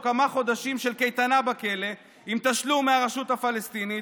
כמה חודשים של קייטנה בכלא עם תשלום מהרשות הפלסטינית,